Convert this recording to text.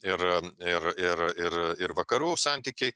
ir ir ir ir ir vakarų santykiai